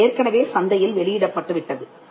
அது ஏற்கனவே சந்தையில் வெளியிடப்பட்டு விட்டது